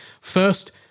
first